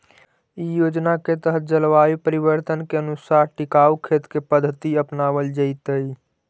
इ योजना के तहत जलवायु परिवर्तन के अनुसार टिकाऊ खेत के पद्धति अपनावल जैतई